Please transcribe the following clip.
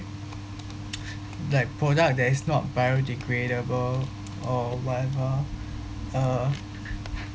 like product that is not biodegradable or whatever uh